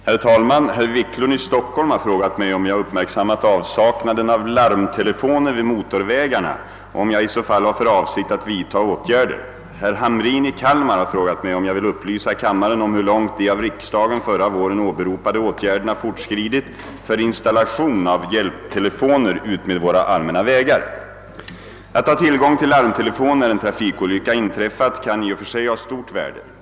Herr talman! Herr Wiklund i Stockholm har frågat mig om jag uppmärksammat avsaknaden av larmtelefoner vid motorvägarna och om jag i så fall har för avsikt att vidta åtgärder. Herr Hamrin i Kalmar har frågat mig om jag vill upplysa kammaren om. hur långt de av riksdagen förra våren åberopade åtgärderna för installation av hjälptelefoner utmed våra allmänna vägar fortskridit. Att ha tillgång till larmtelefon när en trafikolycka inträffat kan i och för sig ha stort värde.